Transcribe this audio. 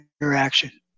interaction